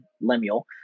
Lemuel